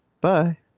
Bye